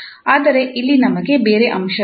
ಆದರೆ ಇಲ್ಲಿ ನಮಗೆ ಬೇರೆ ಅಂಶವಿದೆ